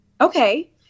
Okay